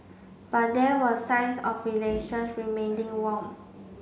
but there were signs of relations remaining warm